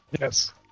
Yes